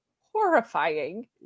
horrifying